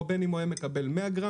או בין אם הוא היה מקבל 100 גרם,